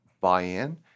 buy-in